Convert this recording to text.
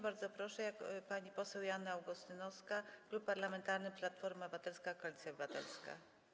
Bardzo proszę, pani poseł Joanna Augustynowska, Klub Parlamentarny Platforma Obywatelska - Koalicja Obywatelska.